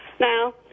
Now